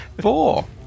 Four